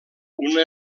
una